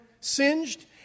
singed